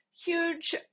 huge